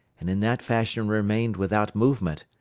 and in that fashion remained without movement,